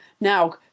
now